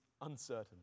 uncertain